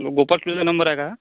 Gopal Khire number आहे का हा